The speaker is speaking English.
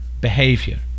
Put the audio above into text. behavior